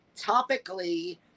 topically